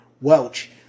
Welch